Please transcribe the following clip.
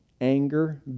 anger